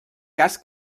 cas